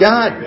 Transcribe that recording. God